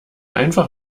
einfach